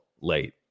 late